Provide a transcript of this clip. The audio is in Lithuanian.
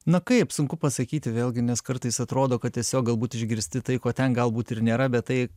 na kaip sunku pasakyti vėlgi nes kartais atrodo kad tiesiog galbūt išgirsti tai ko ten galbūt ir nėra bet tai